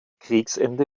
kriegsende